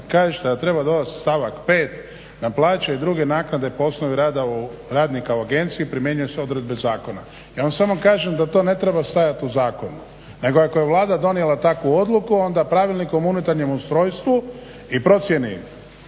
kažete da treba dodat stavak 5. na plaće i druge naknade po osnovi rada radnika u agenciji primjenjuju se odredbe zakona. Ja vam samo kažem da to ne treba stajat u zakonu nego ako je Vlada donijela takvu odluku onda Pravilnikom o unutarnjem ustrojstvu i procjeni